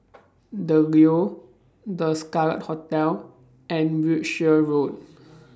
The Leo The Scarlet Hotel and Wiltshire Road